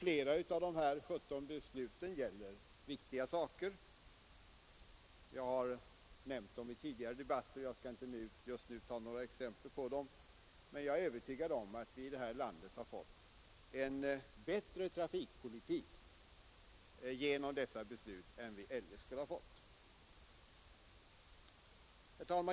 Flera av dessa 17 beslut har gällt viktiga saker. Jag har nämnt sådana beslut i samband med tidigare debatter och skall här inte ange några exempel. Men jag är övertygad om att vi genom dessa beslut har fått en bättre trafikpolitik här i landet än vi eljest skulle ha fått.